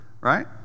right